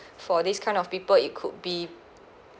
for these kind of people it could be